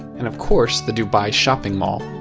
and of course, the dubai shopping mall.